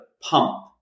pump